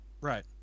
Right